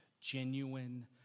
Genuine